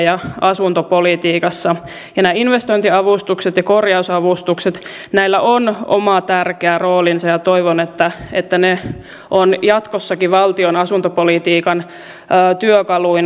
ja näillä investointiavustuksilla ja korjausavustuksilla on oma tärkeä roolinsa ja toivon että ne ovat jatkossakin valtion asuntopolitiikan työkaluina